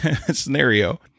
scenario